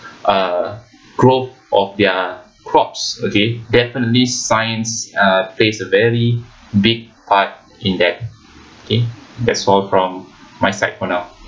uh growth of their crops okay definitely science uh plays a very big part in that K that's all from my side for now